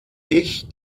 ich